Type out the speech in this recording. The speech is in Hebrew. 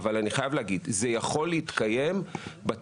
אבל אני חייב להגיד שזה יכול להתקיים בתנאים